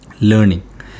Learning